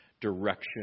Direction